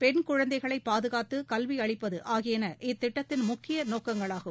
பெண் குழந்தைகளை பாதுகாத்து கல்வி அளிப்பது ஆகியன இத்திட்டத்தின் முக்கிய நோக்கங்களாகும்